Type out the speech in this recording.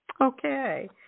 Okay